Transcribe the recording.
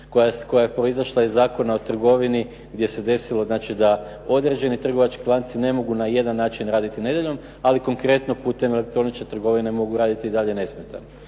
koja je proizašla iz Zakona o trgovini gdje se desilo da određeni trgovački lanci ne mogu na jedan način raditi nedjeljom ali konkretno putem elektroničke trgovine mogu raditi i dalje nesmetano.